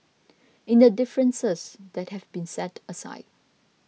in the differences that have been set aside